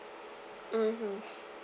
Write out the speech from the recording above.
mmhmm